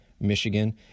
Michigan